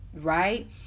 Right